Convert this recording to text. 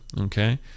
okay